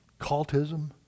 cultism